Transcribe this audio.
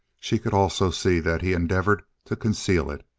she could also see that he endeavored to conceal it.